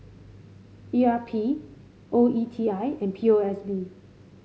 E R P O E T I and P O S B